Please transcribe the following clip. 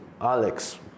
Alex